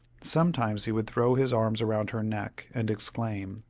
sometimes he would throw his arms around her neck, and exclaim,